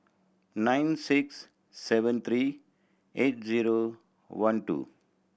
nine six seven three eight zero one two